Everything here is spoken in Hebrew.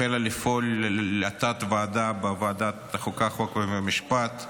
החלה לפעול תת-ועדה בוועדת החוקה, חוק ומשפט,